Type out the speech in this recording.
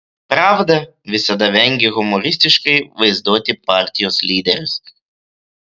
pravda visada vengė humoristiškai vaizduoti partijos lyderius